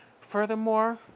Furthermore